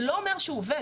זה לא אומר שהוא עובד.